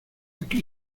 aquí